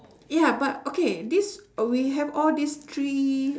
ya but okay this al~ we have all this three